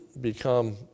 become